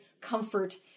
comfort